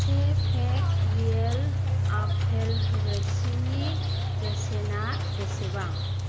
से पेक्ट रियेल आपेल रोसिनि बेसेना बेसेबां